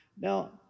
Now